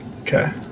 Okay